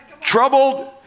troubled